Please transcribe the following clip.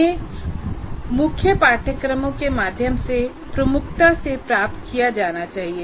इन्हें मुख्य पाठ्यक्रमों के माध्यम से प्रमुखता से प्राप्त किया जाना चाहिए